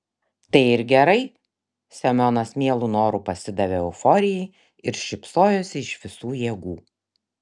tai ir gerai semionas mielu noru pasidavė euforijai ir šypsojosi iš visų jėgų